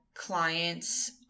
clients